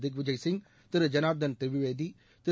திக்விஜய்சிய் திரு ஜனார்தன் திவிவேதி திரு